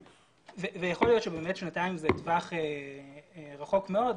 יכול להיות שבאמת שנתיים זה טווח רחוק מאוד.